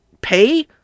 pay